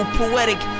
poetic